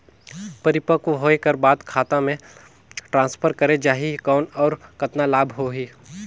परिपक्व होय कर बाद खाता मे ट्रांसफर करे जा ही कौन और कतना लाभ होही?